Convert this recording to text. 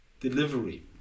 Delivery